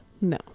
No